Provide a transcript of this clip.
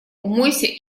умойся